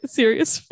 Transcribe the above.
serious